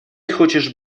хочешь